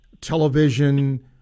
television